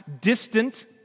distant